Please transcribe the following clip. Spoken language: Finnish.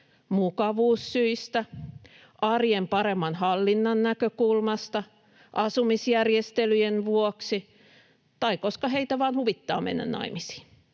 mukavuussyistä, arjen paremman hallinnan näkökulmasta, asumisjärjestelyjen vuoksi tai koska heitä vain huvittaa mennä naimisiin.